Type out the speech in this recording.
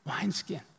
wineskin